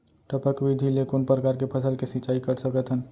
टपक विधि ले कोन परकार के फसल के सिंचाई कर सकत हन?